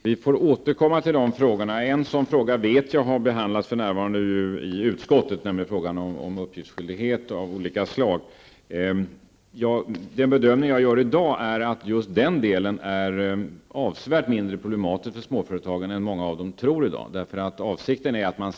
Fru talman! Vi får återkomma till de frågorna. En fråga som jag vet behandlas för närvarande i utskottet är frågan om uppgiftsskyldighet av olika slag. Min bedömning i dag är att just den delen är avsevärt mindre problematisk för småföretagarna än vad många av dem tror.